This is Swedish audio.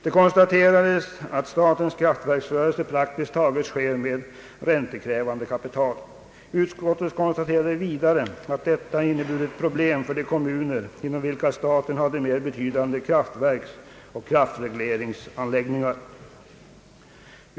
Det konstaterades att statens kraftverksrörelse praktiskt taget helt sker med räntekrävande kapital. Utskottet konstaterade vidare att detta inneburit problem för de kommuner, inom vilka staten hade mera betydande kraftverksoch kraftregleringsanläggningar.